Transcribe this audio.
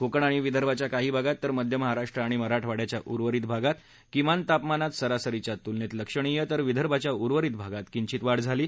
कोकण आणि विदर्भाच्या काही भागात तर मध्य महाराष्ट्र आणि मराठवाड्याच्या उर्वरित भागात किमान तापमानात सरासरीच्या तुलनेत लक्षणीय तर विदर्भाच्या उर्वरित भागात किंचित वाढ झाली आहे